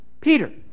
Peter